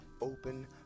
Open